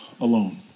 alone